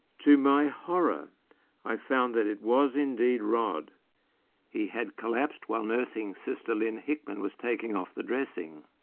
to my horror i found that it was indeed rod he had collapsed while nursing sister lyn hickman was taking off the dressing.